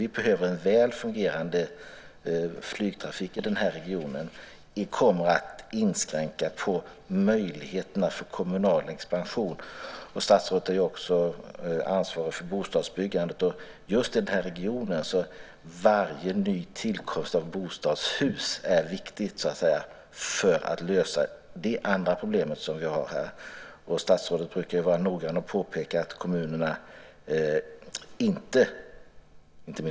Jag bestrider absolut inte att det här riksintresset finns, eftersom vi behöver en väl fungerande flygtrafik i den här regionen. Statsrådet är också ansvarig för bostadsbyggandet. Just i den här regionen är varje ny tillkomst av bostadshus viktig för att lösa det andra problemet, som vi har här.